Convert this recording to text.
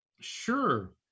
Sure